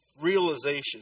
realization